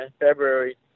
February